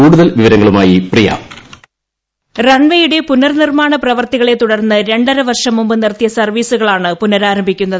കൂടുതൽ വിവരങ്ങളുമായി പ്രിയ റൺവേയുടെ പുനർനിർമ്മാണ പ്രവൃത്തികളെത്തുടർന്ന് രണ്ടര വർഷംമുമ്പ് നിർത്തിയ സർവീസുകളാണ് പുനരാരംഭിക്കുന്നത്